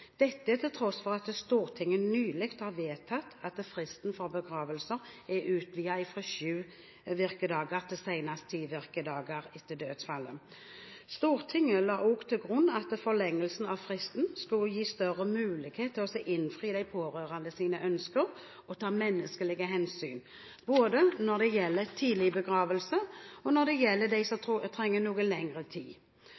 til tross for at Stortinget nylig har vedtatt at fristen for begravelser er utvidet fra sju virkedager til senest ti virkedager etter dødsfallet. Stortinget la også til grunn at forlengelsen av fristen skulle gi større mulighet til å innfri de pårørendes ønsker og ta menneskelige hensyn både når det gjelder tidlig begravelse, og når det gjelder dem som